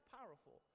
powerful